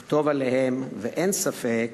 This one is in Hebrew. לכתוב עליהם, ואין ספק